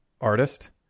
artist